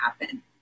happen